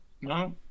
No